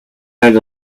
had